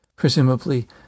presumably